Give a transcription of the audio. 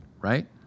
right